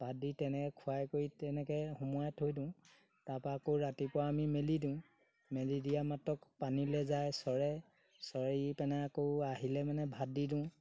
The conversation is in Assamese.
ভাত দি তেনেকৈ খুৱাই কৰি তেনেকৈ সোমোৱাই থৈ দিওঁ তাৰপৰা আকৌ ৰাতিপুৱা আমি মেলি দিওঁ মেলি দিয়া মাত্ৰক পানীলৈ যায় চৰে চৰি পেনাই আকৌ আহিলে মানে ভাত দি দিওঁ